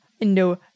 No